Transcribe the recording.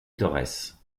torres